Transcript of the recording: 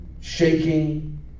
shaking